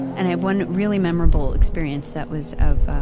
and i have one really memorable experience that was of